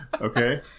Okay